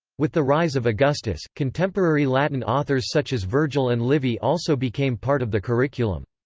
with the rise of augustus, contemporary latin authors such as vergil and livy also became part of the curriculum.